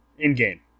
In-game